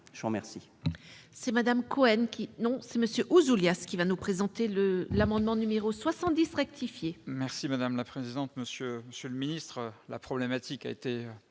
je vous remercie